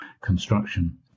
construction